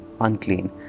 unclean